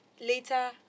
later